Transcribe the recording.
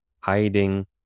hiding